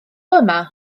yma